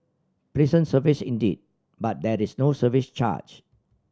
pleasant service indeed but there is no service charge